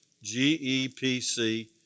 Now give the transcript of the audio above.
G-E-P-C